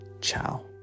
ciao